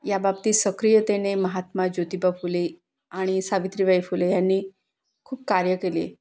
याबाबतीत सक्रियतेने महात्मा ज्योतिबा फुले आणि सावित्रीबाई फुले ह्यांनी खूप कार्य केले